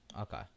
Okay